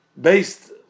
based